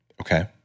Okay